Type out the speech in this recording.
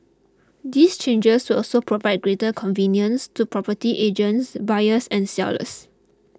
these changes will also provide greater convenience to property agents buyers and sellers